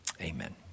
amen